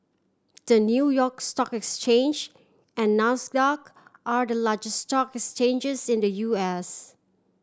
the New York Stock Exchange and Nasdaq are the largest stock exchanges in the U S